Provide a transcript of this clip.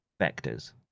vectors